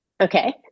Okay